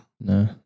No